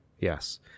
Yes